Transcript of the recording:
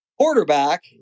quarterback